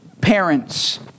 parents